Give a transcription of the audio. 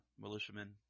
militiamen